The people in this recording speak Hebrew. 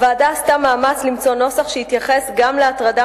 הוועדה עשתה מאמץ למצוא נוסח שיתייחס גם להטרדה